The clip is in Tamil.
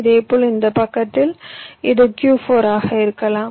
இதேபோல் இந்த பக்கத்தில் இது Q4 ஆக இருக்கலாம்